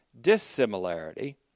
dissimilarity